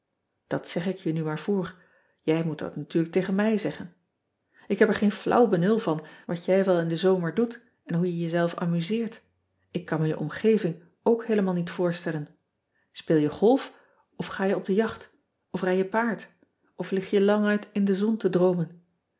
at zeg ik je nu maar voor je moet dat natuurlijk tegen mij zeggen k heb er geen flauw benul van wat jij wel in den zomer doet en hoe je jezelf amuseert k kan me je omgeving ook heelemaal niet voorstellen peel je golf of ga je op de jacht of rijd je paard of lig je languit in de zon te droomen